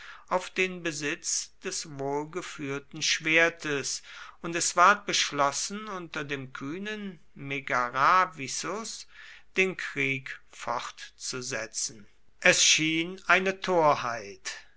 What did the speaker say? auf den besitz des wohlgeführten schwertes und es ward beschlossen unter dem kühnen megaravicus den krieg fortzusetzen es schien eine torheit